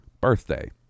birthday